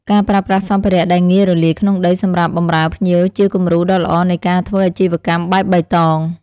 ការប្រើប្រាស់សម្ភារៈដែលងាយរលាយក្នុងដីសម្រាប់បម្រើភ្ញៀវជាគំរូដ៏ល្អនៃការធ្វើអាជីវកម្មបែបបៃតង។